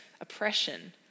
oppression